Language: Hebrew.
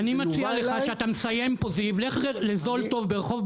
אני אבדוק אותו.